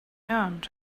earned